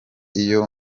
iyo